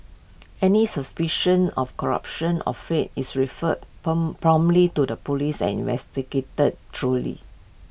any suspicion of corruption or fade is referred promptly to the Police and investigated truly